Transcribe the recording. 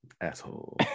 Asshole